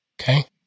Okay